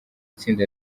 itsinda